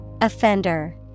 Offender